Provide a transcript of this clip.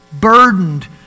burdened